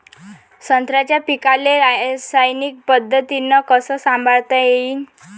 संत्र्याच्या पीकाले रासायनिक पद्धतीनं कस संभाळता येईन?